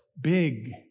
big